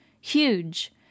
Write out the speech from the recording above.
huge